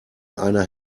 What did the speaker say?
einer